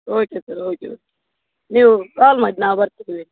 okay sir okay okay ನೀವು call ಮಾಡಿ ನಾವು ಬರ್ತೇವೆ